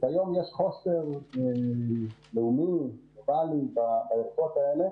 וכיום יש חוסר לאומי בערכות האלה